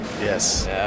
Yes